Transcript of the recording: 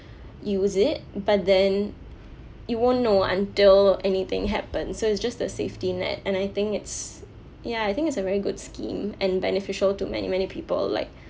use it but then you won't know until anything happens so just the safety net and I think it's ya I think it's a very good scheme and beneficial to many many people like